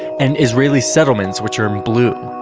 and israeli settlements, which are blue.